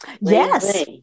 Yes